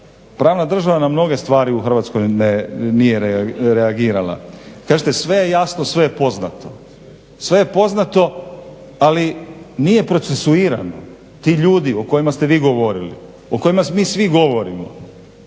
Pravna država na mnoge stvari u Hrvatskoj nije reagirala. Kažete sve je jasno, sve je poznato. Sve je poznato ali nije procesuirano. Ti ljudi o kojima ste vi govorili o kojima mi svi govorimo